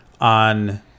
on